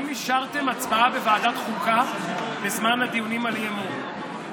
האם אישרתם הצבעה בוועדת החוקה בזמן הדיונים על אי-אמון?